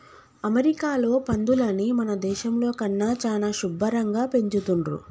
అమెరికాలో పందులని మన దేశంలో కన్నా చానా శుభ్భరంగా పెంచుతున్రు